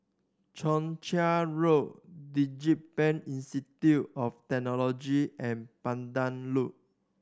Joo Chiat Road DigiPen Institute of Technology and Pandan Loop